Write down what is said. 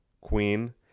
queen